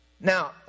Now